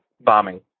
bombing